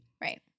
Right